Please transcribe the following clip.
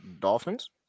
dolphins